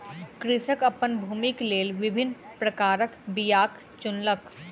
कृषक अपन भूमिक लेल विभिन्न प्रकारक बीयाक चुनलक